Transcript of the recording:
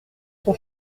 son